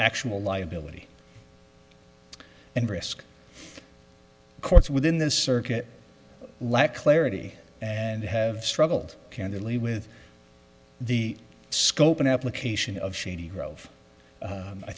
actual liability and risk courts within the circuit lack clarity and have struggled candidly with the scope and application of shady gro